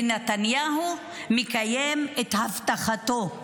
ונתניהו מקיים את הבטחתו: